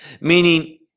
meaning